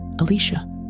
Alicia